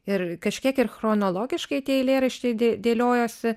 ir kažkiek ir chronologiškai tie eilėraščiai dėliojosi